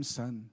son